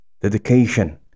dedication